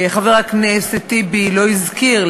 חבר הכנסת טיבי לא הזכיר,